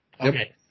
Okay